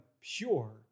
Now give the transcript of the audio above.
pure